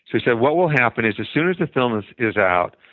he said what will happen is as soon as the film is is out,